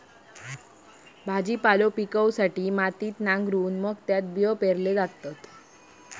भाजीपालो पिकवूसाठी मातीत नांगरून मग त्यात बियो पेरल्यो जातत